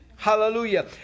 Hallelujah